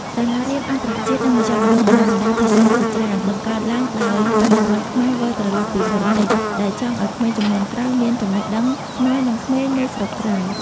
សាលារៀនអន្តរជាតិ និងមជ្ឈមណ្ឌលបណ្ដុះបណ្ដាលភាសាជាច្រើន បង្កើតឡើងដោយ "បញ្ញវន្តខ្មែរវិលត្រឡប់ពីបរទេស" ដែលចង់ឱ្យក្មេងជំនាន់ក្រោយមានចំណេះដឹងស្មើនឹងក្មេងនៅស្រុកក្រៅ។